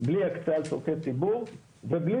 בלי הקצאה לצרכי ציבור ובלי